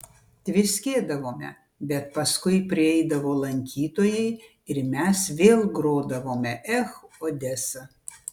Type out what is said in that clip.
tviskėdavome bet paskui prieidavo lankytojai ir mes vėl grodavome ech odesa